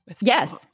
Yes